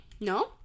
no